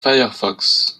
firefox